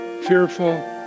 fearful